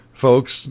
Folks